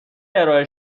ارائه